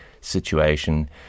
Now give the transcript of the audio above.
situation